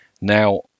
now